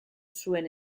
zuen